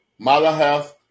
Malahath